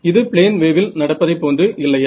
இது பிளேன் வேவில் நடப்பதைப் போன்று இல்லையா